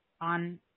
on